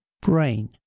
Brain